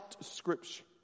Scripture